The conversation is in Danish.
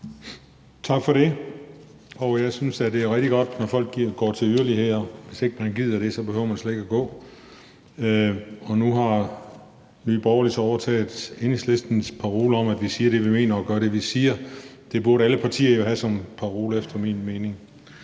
Tak for det. Jeg synes, det er rigtig godt, når folk går til yderligheder. Hvis ikke man gider det, behøver man slet ikke at gå. Nu har Nye Borgerlige så overtaget Enhedslistens parole om, at vi siger det, vi mener, og gør det, vi siger. Det burde alle partier jo have som parole efter min mening.